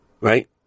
right